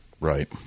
Right